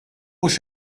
hux